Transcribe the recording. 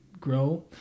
grow